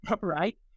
right